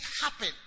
happen